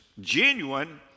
Genuine